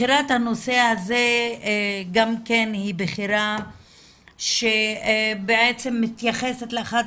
בחירת הנושא הזה גם כן היא בחירה שבעצם מתייחסת לאחת